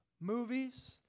movies